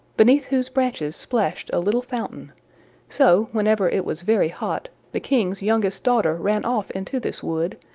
beneath whose branches splashed a little fountain so, whenever it was very hot, the king's youngest daughter ran off into this wood,